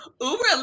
Uber